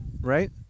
right